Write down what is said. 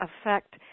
effect